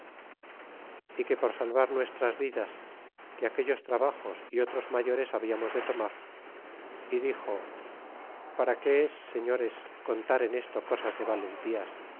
y que por salvar nuestras vidas que aquellos trabajos y otros mayores habiamos de tomar é dixo para que es señores contar en esto cosas de valentías